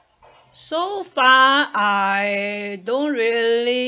so far I don't really